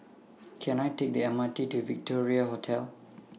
Can I Take The M R T to Victoria Hotel